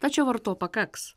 tačiau ar to pakaks